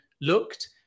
looked